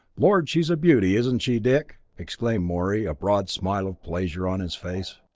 lord, she's a beauty, isn't she, dick! exclaimed morey, a broad smile of pleasure on his face.